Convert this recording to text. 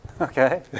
Okay